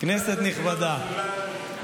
כנסת נכבדה,